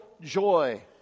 joy